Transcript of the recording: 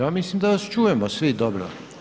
Ja mislim da vas čujemo svi dobro.